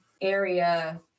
area